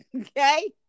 Okay